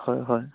হয় হয়